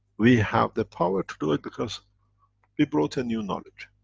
we have the power to do it, because we brought a new knowledge.